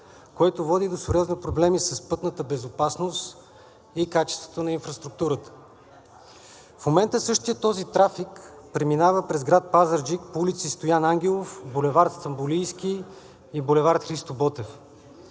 което води до сериозни проблеми с пътната безопасност и качеството на инфраструктурата. В момента същият трафик преминава през град Пазарджик по улица „Стоян Ангелов“, булевард „Александър